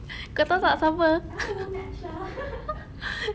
kau tahu tak siapa